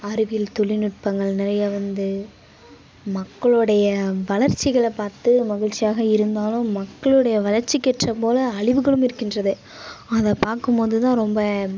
அறிவியல் தொழில்நுட்பங்கள் நிறைய வந்து மக்களுடைய வளர்ச்சிகளைப் பார்த்து மகிழ்ச்சியாக இருந்தாலும் மக்களுடைய வளர்ச்சிக்கேற்றது போல் அழிவுகளும் இருக்கின்றது அதை பார்க்கும் போது தான் ரொம்ப